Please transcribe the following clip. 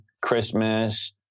Christmas